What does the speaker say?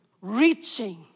reaching